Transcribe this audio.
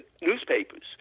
newspapers